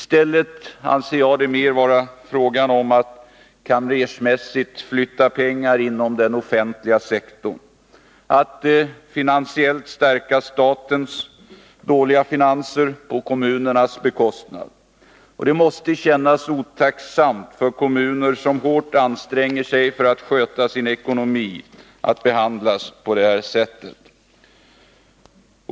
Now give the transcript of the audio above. Jag anser att det mer är fråga om att kamrersmässigt flytta pengar inom den offentliga sektorn, att finansiellt stärka statens dåliga finanser på kommunernas bekostnad. Det måste kännas otacksamt för kommuner som hårt anstränger sig för att sköta sin ekonomi att behandlas på det sättet.